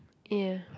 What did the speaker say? ya